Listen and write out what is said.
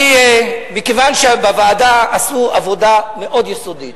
מכיוון שבוועדה עשו עבודה מאוד יסודית,